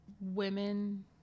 women